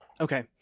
Okay